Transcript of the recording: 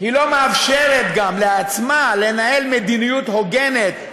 היא לא מאפשרת גם לעצמה לנהל מדיניות הוגנת,